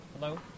Hello